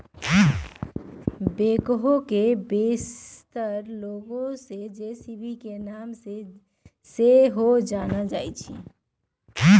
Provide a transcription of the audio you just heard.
backhoe के बेशीतर लोग जे.सी.बी के नाम से सेहो जानइ छिन्ह